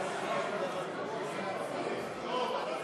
אי-אמון